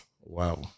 Wow